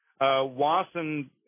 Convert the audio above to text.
Wasson